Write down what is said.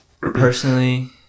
personally